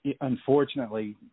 unfortunately